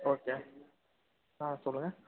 okay ஆ சொல்லுங்கள்